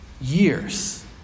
years